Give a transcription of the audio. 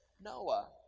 Noah